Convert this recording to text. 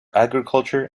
agriculture